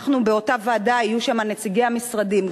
באותה ועדה יהיו נציגי המשרדים,